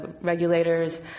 regulators